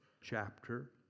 chapter